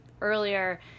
earlier